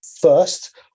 first